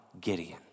Gideon